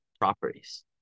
properties